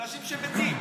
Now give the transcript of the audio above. אנשים שמתים.